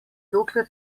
dokler